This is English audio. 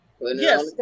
yes